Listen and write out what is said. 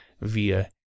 via